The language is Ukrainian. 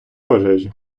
пожежі